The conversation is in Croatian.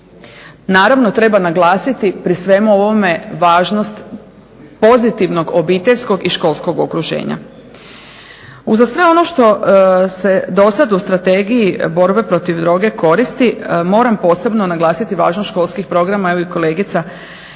Naravno treba naglasiti pri svemu ovome važnost pozitivnog obiteljskog i školskog okruženja. Uza sve ono što se do sada u strategiji borbe protiv droge koristi moram posebno naglasiti važnost školskih programa, evo i kolegica je